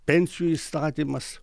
pensijų įstatymas